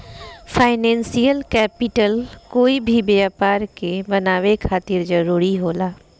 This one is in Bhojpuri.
फाइनेंशियल कैपिटल कोई भी व्यापार के बनावे खातिर जरूरी होला